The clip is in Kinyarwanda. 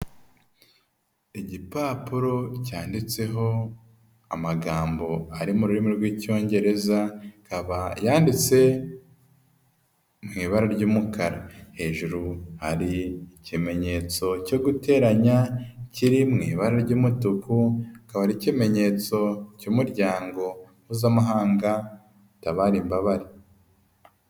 Igipapuro cyanditseho amagambo ari mu rurimi rw'icyongereza akaba yanditse mu ibara ry'umukara, hejuru hari ikimenyetso cyo guteranya kiri mu ibara ry'umutuku kikaba ari ikimenyetso cy'umuryango mpuzamahanga utabari imbabare.